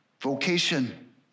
Vocation